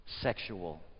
sexual